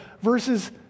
versus